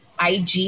IG